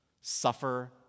suffer